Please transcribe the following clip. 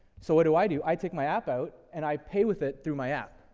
so what do i do? i take my app out, and i pay with it through my app.